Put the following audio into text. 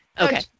okay